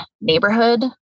neighborhood